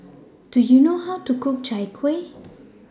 Do YOU know How to Cook Chai Kuih